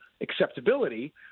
acceptability